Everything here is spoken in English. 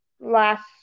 last